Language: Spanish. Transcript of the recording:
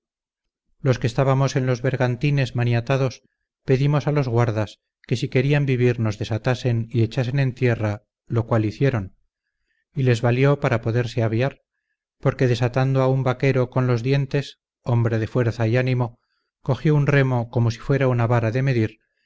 los que estábamos en los bergantines maniatados pedimos a los guardas que si querían vivir nos desatasen y echasen en tierra lo cual hicieron y les valió para poderse aviar porque desatando a un vaquero con los dientes hombre de fuerza y ánimo cogió un remo como si fuera una vara de medir